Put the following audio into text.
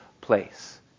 place